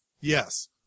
Yes